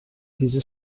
dizi